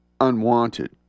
unwanted